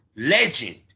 legend